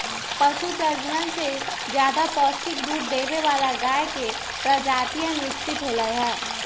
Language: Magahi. पशु प्रजनन से ज्यादा पौष्टिक दूध देवे वाला गाय के प्रजातियन विकसित होलय है